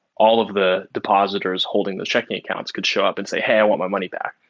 all of the depositors holding those checking accounts could show up and say, hey, i want my money back.